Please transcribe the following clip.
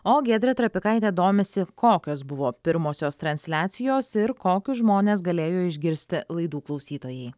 o giedrė trapikaitė domisi kokios buvo pirmosios transliacijos ir kokius žmones galėjo išgirsti laidų klausytojai